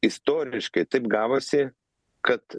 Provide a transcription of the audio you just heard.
istoriškai taip gavosi kad